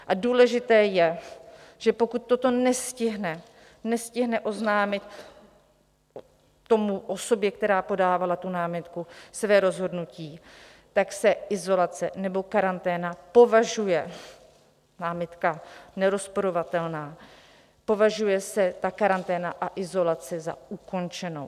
A důležité je, že pokud toto nestihne, nestihne oznámit té osobě, která podávala tu námitku, své rozhodnutí, tak se izolace nebo karanténa považuje námitka nerozporovatelná, považuje se ta karanténa a izolace za ukončenou.